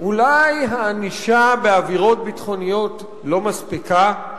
אולי הענישה בעבירות ביטחוניות לא מספיקה?